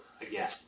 again